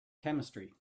chemistry